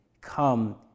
come